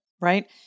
right